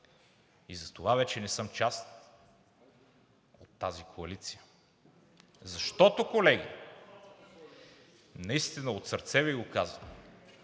и затова вече не съм част от тази коалиция. Защото, колеги, наистина от сърце Ви го казвам: